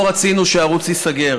אנחנו לא רצינו שהערוץ ייסגר.